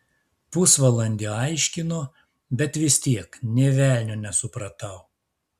pusvalandį aiškino bet vis tiek nė velnio nesupratau